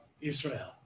Israel